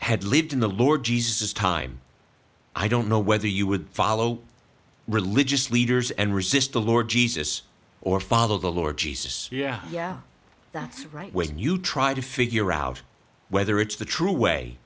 had lived in the lord jesus time i don't know whether you would follow religious leaders and resist a lord jesus or follow the lord jesus yeah yeah that's right when you try to figure out whether it's the true way